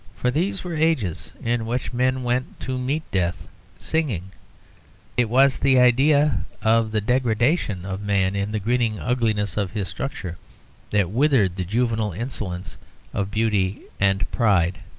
for these were ages in which men went to meet death singing it was the idea of the degradation of man in the grinning ugliness of his structure that withered the juvenile insolence of beauty and pride.